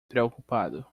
preocupado